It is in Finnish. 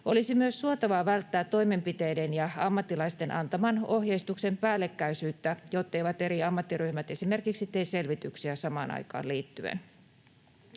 Olisi myös suotavaa välttää toimenpiteiden ja ammattilaisten antaman ohjeistuksen päällekkäisyyttä, jotteivät eri ammattiryhmät esimerkiksi tee eri aikaan selvityksiä samaan asiaan liittyen.